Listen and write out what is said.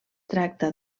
tracta